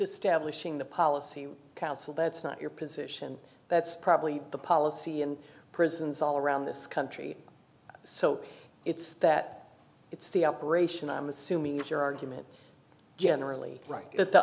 establishing the policy council that's not your position that's probably the policy in prisons all around this country so it's that it's the operation i'm assuming it's your argument generally right that the